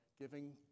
giving